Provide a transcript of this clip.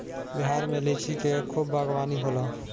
बिहार में लिची के खूब बागवानी होला